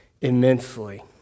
immensely